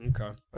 Okay